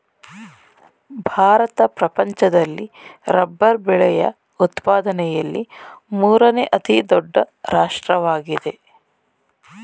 ಭಾರತ ಪ್ರಪಂಚದಲ್ಲಿ ರಬ್ಬರ್ ಬೆಳೆಯ ಉತ್ಪಾದನೆಯಲ್ಲಿ ಮೂರನೇ ಅತಿ ದೊಡ್ಡ ರಾಷ್ಟ್ರವಾಗಿದೆ